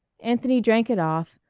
anthony drank it off,